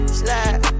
slide